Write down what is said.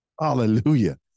Hallelujah